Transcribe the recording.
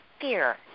fear